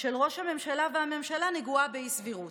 של ראש הממשלה והממשלה נגועה באי-סבירות.